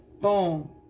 boom